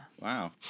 wow